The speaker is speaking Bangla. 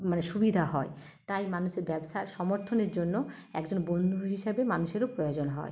মানে সুবিধা হয় তাই মানুষের ব্যবসার সমর্থনের জন্য একজন বন্ধু হিসেবে মানুষেরও প্রয়োজন হয়